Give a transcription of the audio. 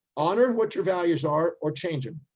honor what your values are or change them,